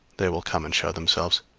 they will come and show themselves,